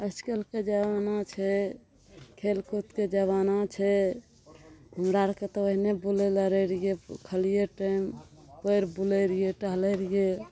आइकाल्हिके जमाना छै खेलकूदके जमाना छै हमरा आरके तऽ ओहिमे बुलै ले रहै रहियै खलियै टाइम पर बुलै रहियै टहलै रहियै